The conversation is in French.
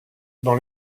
dans